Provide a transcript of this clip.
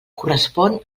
correspon